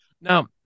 Now